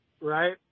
Right